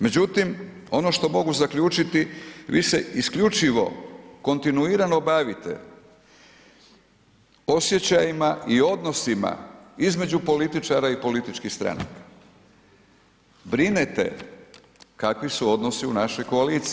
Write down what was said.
Međutim, ono što mogu zaključiti, vi ste isključivo kontinuirano bavite osjećajima i odnosima između političara i političkih stranaka, brinete kakvi su odnosu u našoj koaliciji.